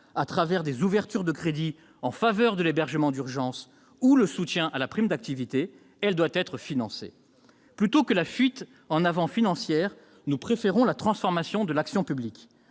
à travers des ouvertures de crédits en faveur de l'hébergement d'urgence ou le soutien à la prime d'activité, elle doit être financée. Plutôt que la fuite en avant financière, nous préférons la transformation de l'action publique.